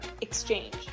Exchange